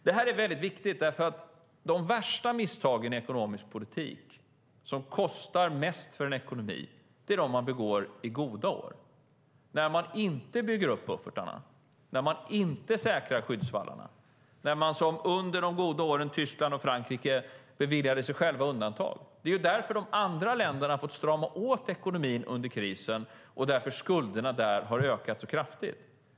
Det här är väldigt viktigt därför att de värsta misstagen i ekonomisk politik, som kostar mest för en ekonomi, är de man begår i goda år, när man inte bygger upp buffertarna, när man inte säkrar skyddsvallarna och när man, som Tyskland och Frankrike gjorde under de goda åren, beviljar sig själv undantag. Det är därför de andra länderna fått strama åt ekonomin under krisen, och det är därför skulderna har ökat kraftigt där.